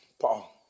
Paul